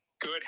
Good